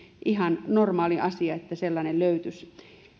ihan normaali asia että sellainen löytyisi